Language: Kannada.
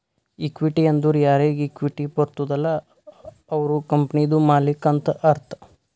ಇಕ್ವಿಟಿ ಅಂದುರ್ ಯಾರಿಗ್ ಇಕ್ವಿಟಿ ಬರ್ತುದ ಅಲ್ಲ ಅವ್ರು ಕಂಪನಿದು ಮಾಲ್ಲಿಕ್ ಅಂತ್ ಅರ್ಥ